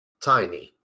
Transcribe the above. Tiny